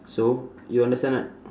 so you understand right